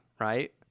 right